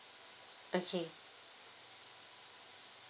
okay